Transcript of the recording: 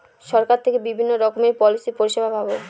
সরকার থেকে বিভিন্ন রকমের পলিসি পরিষেবা পাবো